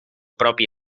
propi